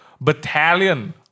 battalion